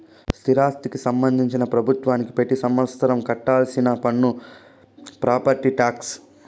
స్థిరాస్తికి సంబంధించి ప్రభుత్వానికి పెతి సంవత్సరం కట్టాల్సిన పన్ను ప్రాపర్టీ టాక్స్